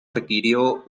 requirió